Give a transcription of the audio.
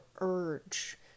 urge